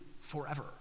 forever